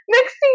Next